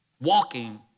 walking